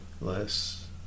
Less